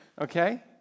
Okay